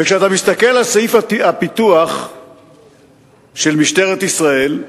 כשאתה מסתכל על סעיף הפיתוח של משטרת ישראל,